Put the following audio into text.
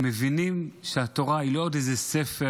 הם מבינים שהתורה היא לא עוד איזה ספר,